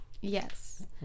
Yes